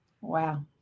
Wow